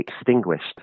extinguished